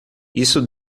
isso